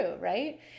right